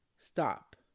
stop